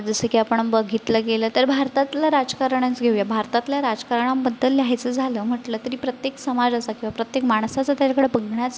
जसं की आपण बघितलं गेलं तर भारतातलं राजकारणच घेऊया भारतातल्या राजकारणाबद्दल लिहायचं झालं म्हटलं तरी प्रत्येक समाजाचा किंवा प्रत्येक माणसाचा त्याच्याकडे बघण्याचा